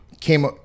came